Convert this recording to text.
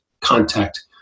contact